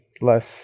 less